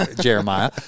jeremiah